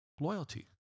Loyalty